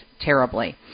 terribly